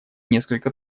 несколько